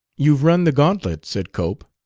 you've run the gauntlet, said cope.